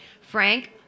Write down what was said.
Frank